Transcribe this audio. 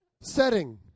setting